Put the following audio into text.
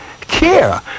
Care